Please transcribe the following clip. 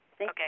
Okay